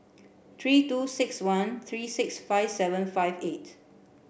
three two six one three six five seven five eight